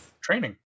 training